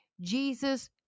jesus